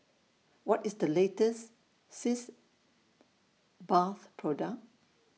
What IS The latest Sitz Bath Product